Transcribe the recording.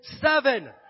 seven